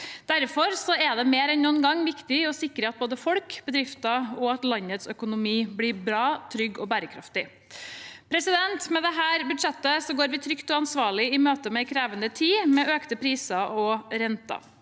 Derfor er det mer enn noen gang viktig å sikre at både folks, bedrifters og landets økonomi blir bra, trygg og bærekraftig. Med dette budsjettet går vi trygt og ansvarlig i møte med en krevende tid med økte priser og renter.